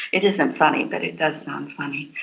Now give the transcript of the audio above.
it isn't funny, but it does sound funny,